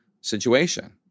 situation